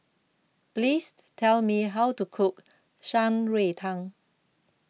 Please Tell Me How to Cook Shan Rui Tang